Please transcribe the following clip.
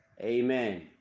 Amen